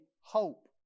hope